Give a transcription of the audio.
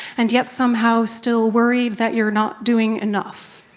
and yet, somehow still worried that you're not doing enough.